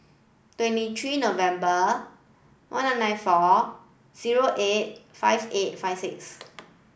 twenty three November one nine nine four zero eight five eight five six